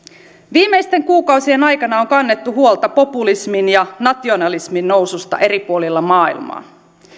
viimeisten kuukausien aikana on kannettu huolta populismin ja nationalismin noususta eri puolilla maailmaa